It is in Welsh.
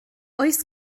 oes